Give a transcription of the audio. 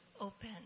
open